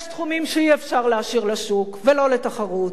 יש תחומים שאי-אפשר להשאיר לשוק, ולא לתחרות.